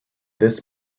this